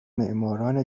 معماران